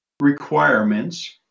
requirements